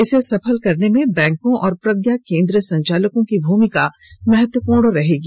इसे सफल करने में बैंकों और प्रज्ञा केन्द्र संचालकों की भूमिका महत्वपूण रहेगी